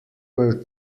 were